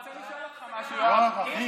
לך, היה כתוב.